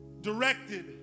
directed